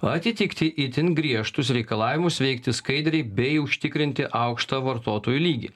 atitikti itin griežtus reikalavimus veikti skaidriai bei užtikrinti aukštą vartotojų lygį